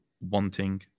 wanting